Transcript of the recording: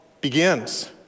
begins